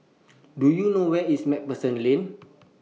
Do YOU know Where IS MacPherson Lane